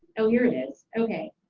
oh, here it is, okay.